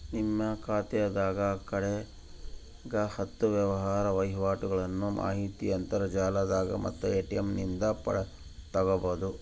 ನಿಮ್ಮ ಖಾತೆಗ ಕಡೆಗ ಹತ್ತು ವ್ಯವಹಾರ ವಹಿವಾಟುಗಳ್ನ ಮಾಹಿತಿ ಅಂತರ್ಜಾಲದಾಗ ಮತ್ತೆ ಎ.ಟಿ.ಎಂ ನಿಂದ ತಕ್ಕಬೊದು